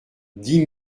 dix